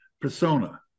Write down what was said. persona